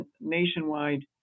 nationwide